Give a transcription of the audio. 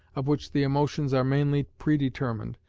of which the emotions are mainly predetermined,